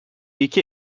iki